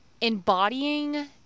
embodying